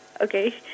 okay